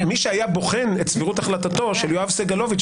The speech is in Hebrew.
מי שהיה בוחן את סבירות החלטתו של יואב סגלוביץ'